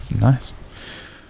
nice